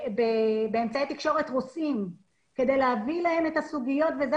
באמצעי תקשורת רוסים כדי להביא להם את הסוגיות ואלה